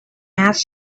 asked